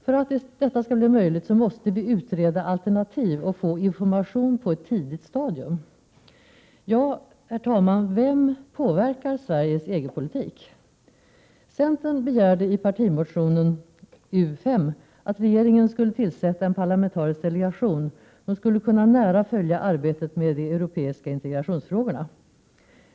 För att det skall bli möjligt måste vi utreda alternativ och få information på ett tidigt stadium. Herr talman! Vem påverkar Sveriges EG-politik? Centern begärde i partimotionen US att regeringen skulle tillsätta en parlamentarisk delegation, som nära skulle kunna följa arbetet med de europeiska integrationsfrågorna.